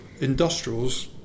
industrials